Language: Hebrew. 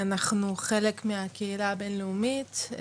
אנחנו חלק מהקהילה הבינלאומית,